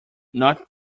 not